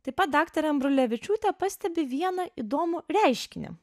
taip pat daktarė ambrulevičiūtė pastebi vieną įdomų reiškinį